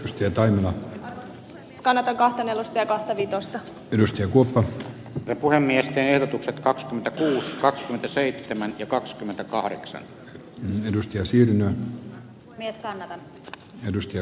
lystiä toimiva kanadankaan venäläisten ahdingosta ylös ja kuoppa ja puhemiesten ehdotukset kaksi akilles kaksikymmentäseitsemän ja kaksikymmentäkahdeksan mm edustaja sillä mies kanadan edustaja